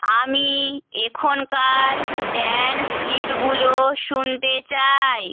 আমি এখনকার ড্যান্স হিটগুলো শুনতে চাই